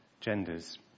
genders